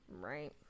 right